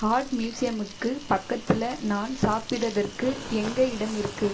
heart மியூசியமுக்கு பக்கத்தில் நான் சாப்பிடுறதுக்கு எங்கே இடம் இருக்குது